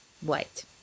white